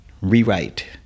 rewrite